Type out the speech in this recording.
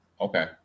Okay